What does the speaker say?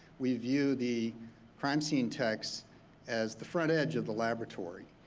we view the crime scene techs as the front edge of the laboratory.